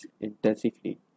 intensively